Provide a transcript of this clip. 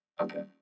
Okay